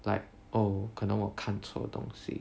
like oh 可能我看错东西